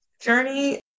journey